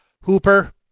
Hooper